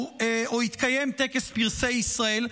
טקס פרסי ישראל.